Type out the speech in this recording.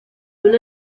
una